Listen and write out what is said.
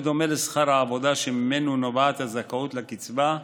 בדומה לשכר העבודה שממנו נובעת הזכאות לקצבה,